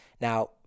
Now